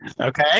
Okay